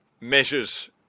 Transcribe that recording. measures